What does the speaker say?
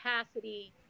capacity